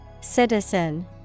Citizen